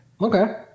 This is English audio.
Okay